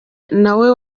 nawe